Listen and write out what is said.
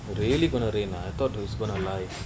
really gonna rain ah I thought it was going to lie